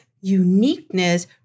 uniqueness